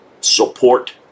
support